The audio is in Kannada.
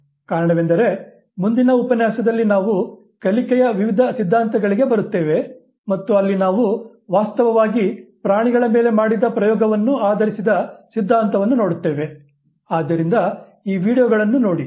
ಕಾರಣವೆಂದರೆ ಮುಂದಿನ ಉಪನ್ಯಾಸದಲ್ಲಿ ನಾವು ಕಲಿಕೆಯ ವಿವಿಧ ಸಿದ್ಧಾಂತಗಳಿಗೆ ಬರುತ್ತೇವೆ ಮತ್ತು ಅಲ್ಲಿ ನಾವು ವಾಸ್ತವವಾಗಿ ಪ್ರಾಣಿಗಳ ಮೇಲೆ ಮಾಡಿದ ಪ್ರಯೋಗವನ್ನು ಆಧರಿಸಿದ ಸಿದ್ಧಾಂತವನ್ನು ನೋಡುತ್ತೇವೆ ಆದ್ದರಿಂದ ಈ ವೀಡಿಯೊಗಳನ್ನು ನೋಡಿ